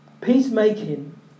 peacemaking